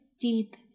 deep